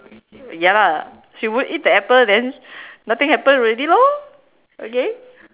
ya lah she won't eat the apple then nothing happen already lor okay